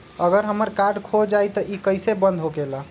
अगर हमर कार्ड खो जाई त इ कईसे बंद होकेला?